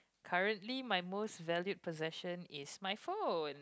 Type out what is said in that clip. currently my most valued possession is my phone